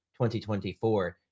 2024